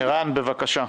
ערן, בבקשה.